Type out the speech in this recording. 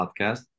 podcast